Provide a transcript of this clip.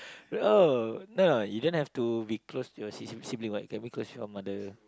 oh no no you don't have to be close to your sib~ sibling what you can be close to your mother